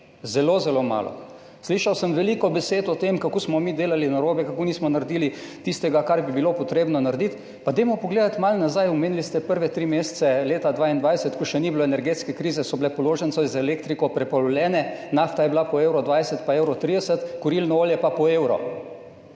Zelo zelo malo. Slišal sem veliko besed o tem, kako smo mi delali narobe, kako nismo naredili tistega, kar bi bilo potrebno narediti. Pa dajmo pogledati malo nazaj, omenili ste prve tri mesece leta 2022, ko še ni bilo energetske krize, so bile položnice za elektriko prepolovljene, nafta je bila po 1,20 in 1,30 evra, kurilno olje pa po 1 evro.